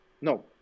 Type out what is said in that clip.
no